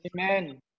Amen